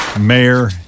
mayor